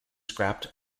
scrapped